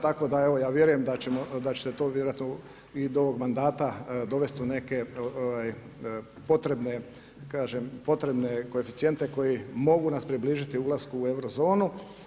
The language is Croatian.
Tako da evo ja vjerujem da će se to vjerojatno i do ovog mandata dovesti u neke potrebne, kažem potrebne koeficijente koji mogu nas približiti ulasku u euro zonu.